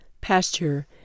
pasture